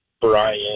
Brian